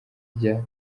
rya